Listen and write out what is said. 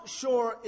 sure